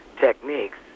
techniques